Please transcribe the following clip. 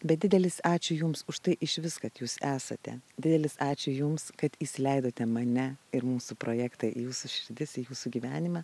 bet didelis ačiū jums už tai išvis kad jūs esate didelis ačiū jums kad įsileidote mane ir mūsų projektą į jūsų širdis į jūsų gyvenimą